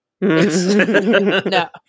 No